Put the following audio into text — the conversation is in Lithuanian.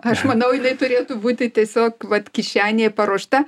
aš manau jinai turėtų būti tiesiog vat kišenėje paruošta